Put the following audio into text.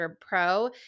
Pro